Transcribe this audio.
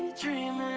dream,